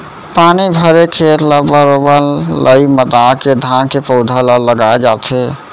पानी भरे खेत ल बरोबर लई मता के धान के पउधा ल लगाय जाथे